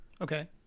Okay